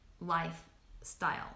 lifestyle